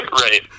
Right